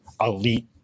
elite